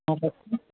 অঁ কওকচোন